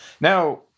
Now